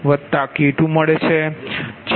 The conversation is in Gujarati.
18Pg2232Pg2K2 મળે છે